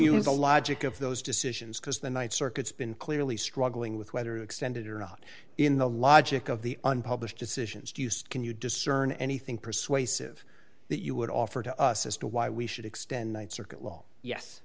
you is the logic of those decisions because the th circuit's been clearly struggling with whether extended or not in the logic of the unpublished decisions joost can you discern anything persuasive that you would offer to us as to why we should extend night circuit law yes